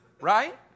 right